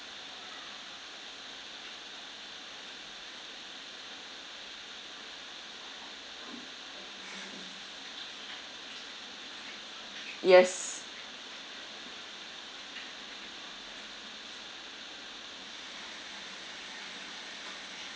yes